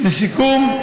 לסיכום,